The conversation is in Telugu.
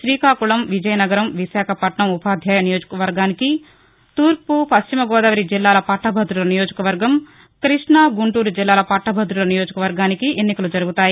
శ్రీకాకుళం విజయనగరం విశాఖపట్నం ఉపాధ్యాయ నియోజకవర్గానికి తూర్పు పశ్చిమ గోదావరి జిల్లాల పట్టభదుల నియోజకవర్గం కృష్ణా గుంటూరు జిల్లాల పట్టభదుల నియోజకవర్గానికి ఎన్నికలు జరుగుతున్నాయి